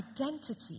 identity